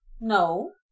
No